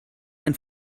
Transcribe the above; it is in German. ein